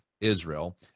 Israel